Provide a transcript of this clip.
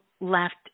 left